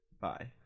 Bye